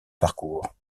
parcours